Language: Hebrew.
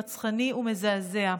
רצחני ומזעזע.